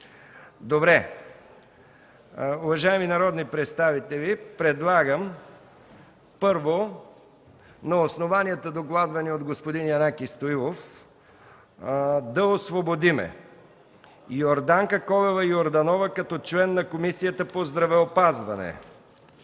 Добре. Уважаеми народни представители, предлагам първо на основанията, докладвани от господин Янаки Стоилов, да освободим: Йорданка Колева Йорданова като член на Комисията по здравеопазване,